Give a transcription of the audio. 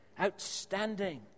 outstanding